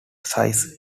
size